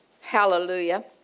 Hallelujah